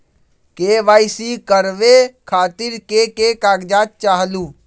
KYC करवे खातीर के के कागजात चाहलु?